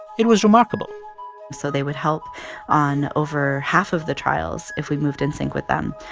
it was remarkable so they would help on over half of the trials if we moved in sync with them,